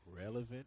relevant